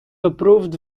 approved